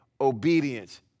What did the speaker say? obedience